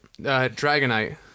Dragonite